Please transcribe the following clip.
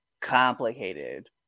complicated